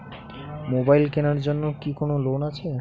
Mobile কেনার জন্য কি কোন লোন আছে?